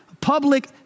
public